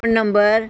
number